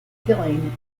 killing